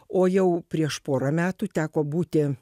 o jau prieš porą metų teko būti